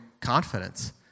confidence